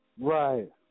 Right